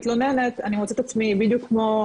ומתלוננת אני מוצאת את עצמי בדיוק כמו